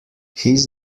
his